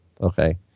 Okay